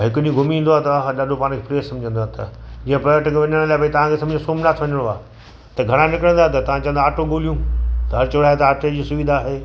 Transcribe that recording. भई हिकु ॾींहुं घुमी ईंदो आहे त हा ॾाढो पाण खे फ्रेश सम्झंदो आहे त जीअं पर्यटक वञण लाइ भई तव्हांखे सम्झो सोमनाथ वञिणो आहे त घरां निकिरंदा त तव्हां चवंदा आटो ॻोल्हियूं त अचो आहे त आटो जी सुविधा आहे